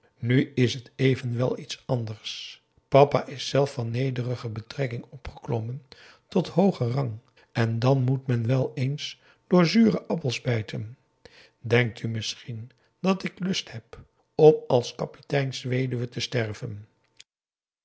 nu is het evenwel iets anders papa is zelf van nederige betrekking opgeklommen tot hoogen rang en dan moet men wel eens door zure appels bijten denkt u misschien dat ik lust heb om als kapiteins weduwe te sterven